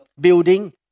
building